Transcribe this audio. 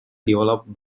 developed